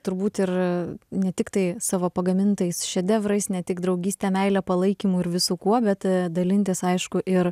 turbūt ir ne tiktai savo pagamintais šedevrais ne tik draugyste meile palaikymu ir visu kuo bet dalintis aišku ir